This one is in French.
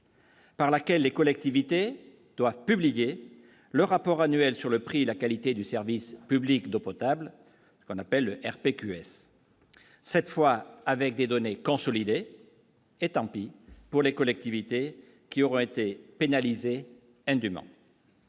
Par laquelle les collectivités doivent publier le rapport annuel sur le prix et la qualité du service public d'eau potable, ce qu'on appelle le RP QS cette fois avec des données consolidées et tant pis pour les collectivités qui aura été pénalisé indument.